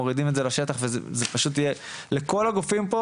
מורידים את זה לשטח וזה פשוט יהיה לכל הגופים פה